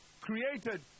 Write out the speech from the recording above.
created